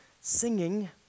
singing